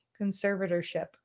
conservatorship